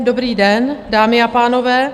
Dobrý den, dámy a pánové.